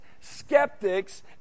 skeptics